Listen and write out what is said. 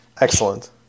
excellent